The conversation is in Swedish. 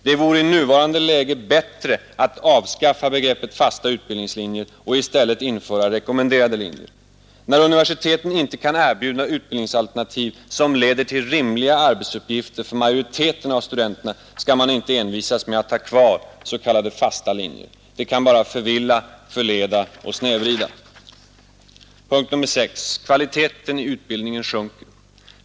Det vore i nuvarande läge bättre att avskaffa begreppet fasta utbildningslinjer och i stället införa rekommenderade linjer. När universiteten inte kan erbjuda utbildningsalternativ som leder till rimliga arbetsuppgifter för majoriteten av studenterna skall man inte envisas med att ha kvar s.k. fasta linjer. De kan bara förvilla, förleda och snedvrida. 6. Kvaliteten i utbildningen sjunker.